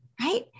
right